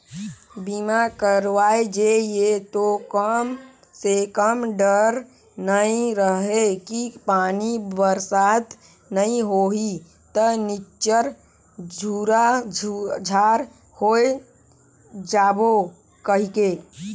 बीमा करवाय जे ये तो कम से कम डर नइ रहें कि पानी बरसात नइ होही त निच्चर झूरा झार होय जाबो कहिके